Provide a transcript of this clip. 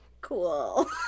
Cool